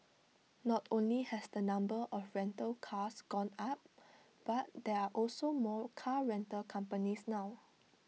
not only has the number of rental cars gone up but there are also more car rental companies now